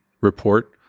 report